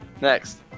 Next